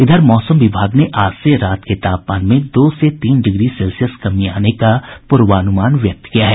इधर मौसम विभाग ने आज से रात के तापमान में दो से तीन डिग्री सेल्सियस कमी आने का पूर्वानुमान व्यक्त किया है